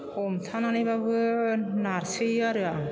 हमथानानैब्लाबो नारसोयो आरो आं